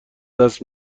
دست